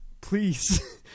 please